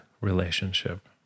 relationship